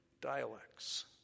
dialects